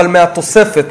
אבל מהתוספת,